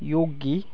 योगी